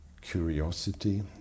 curiosity